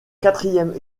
quatrième